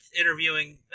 interviewing